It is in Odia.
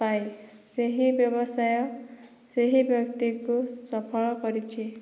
ପାଏ ସେହି ବ୍ୟବସାୟ ସେହି ବ୍ୟକ୍ତିକୁ ସଫଳ କରିଛି